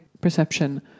perception